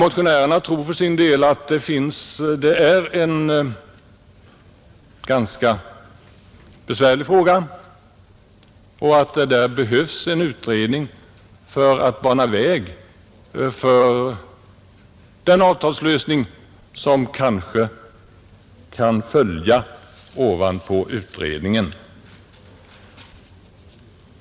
Motionärerna tror för sin del att det är en ganska besvärlig fråga och att det behövs en utredning för att bana väg för den lösning avtalsvägen som kanske kan följa efter en utredning.